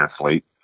athlete